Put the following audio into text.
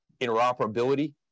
interoperability